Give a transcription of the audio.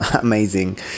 amazing